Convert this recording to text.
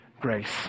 grace